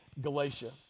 Galatia